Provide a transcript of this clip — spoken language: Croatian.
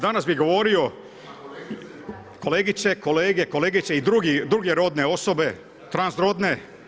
Danas bih govorio, kolegice, kolege, kolegice i druge rodne osobe, transrodne.